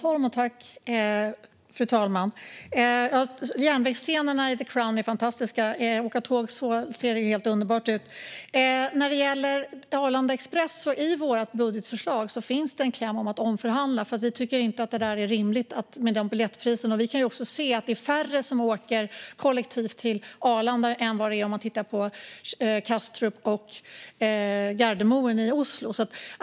Fru talman! Järnvägsscenerna i The Crown är fantastiska - att åka tåg så ser helt underbart ut. När det gäller Arlanda Express finns det i vårt budgetförslag en kläm om att omförhandla, för vi tycker inte att det är rimligt med de biljettpriserna. Vi kan också se att det är färre som åker kollektivt till Arlanda än till exempelvis Kastrup och Gardermoen.